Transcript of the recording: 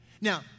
Now